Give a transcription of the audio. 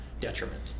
detriment